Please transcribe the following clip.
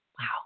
Wow